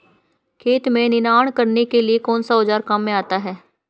खेत में निनाण करने के लिए कौनसा औज़ार काम में आता है?